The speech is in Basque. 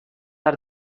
har